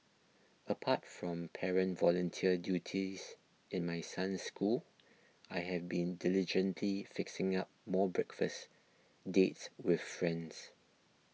apart from parent volunteer duties in my son's school I have been diligently fixing up more breakfast dates with friends